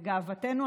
לגאוותנו.